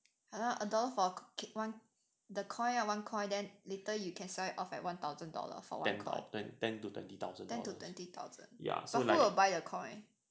!huh! a dollar for one the coin ah one coin then later you can sell it off at ten thousand for what ten to twenty thousand but who will buy the coin